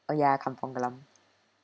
oh ya kampong glam